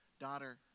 Daughter